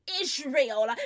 Israel